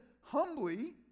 humbly